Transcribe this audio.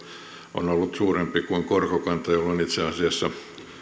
on ollut suurempi kuin korkokanta jolloin itse asiassa